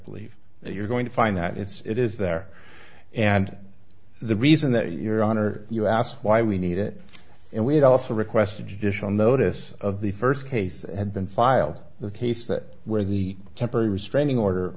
believe that you're going to find that it's it is there and the reason that your honor you asked why we need it and we had also requested judicial notice of the first case had been filed the case that where the temporary restraining order